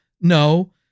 No